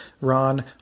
Ron